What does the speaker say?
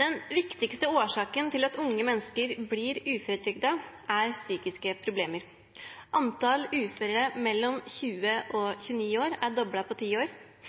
«Den viktigste årsaken til at unge mennesker blir uføretrygdet, er psykiske problemer. Antall uføre mellom 20 og 29 år er doblet på 10 år.